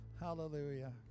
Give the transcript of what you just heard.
Hallelujah